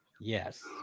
Yes